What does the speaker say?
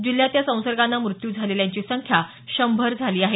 जिल्ह्यात या संसर्गानं मृत्यू झालेल्यांची संख्या शंभर झाली आहे